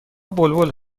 بلبل